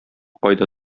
кайда